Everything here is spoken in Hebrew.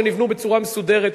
שנבנו בצורה מסודרת,